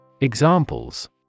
Examples